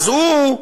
אז הוא,